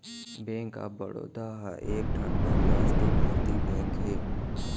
bank of Baroda ह एकठन बहुरास्टीय भारतीय बेंक हे